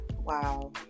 wow